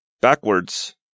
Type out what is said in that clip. backwards